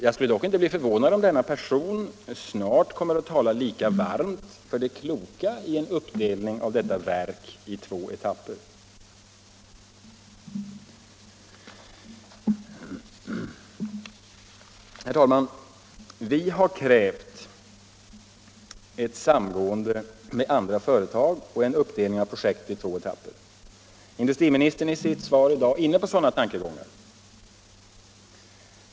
Jag skulle dock inte bli förvånad om denna person snart kommer att tala lika varmt för det kloka i en uppdelning av verket i två etapper. Herr talman! Vi har krävt ett samgående med andra företag och en uppdelning av projektet i två etapper. Industriministern är i sitt svar i dag inne på sådana tankar.